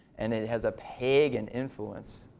and it has a pagan influence.